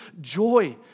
joy